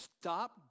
Stop